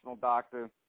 doctor